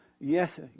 Yes